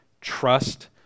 Trust